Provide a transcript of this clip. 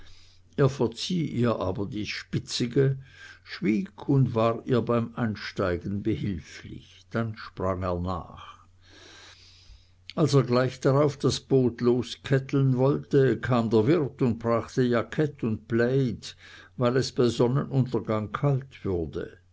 verzieh ihr aber dies spitzige schwieg und war ihr beim einsteigen behilflich dann sprang er nach als er gleich darauf das boot losketteln wollte kam der wirt und brachte jackett und plaid weil es bei sonnenuntergang kalt würde